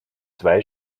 zwei